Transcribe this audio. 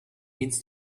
means